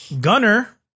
Gunner